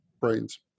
brains